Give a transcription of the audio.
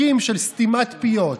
חוקים של סתימת פיות,